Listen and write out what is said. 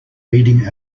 reading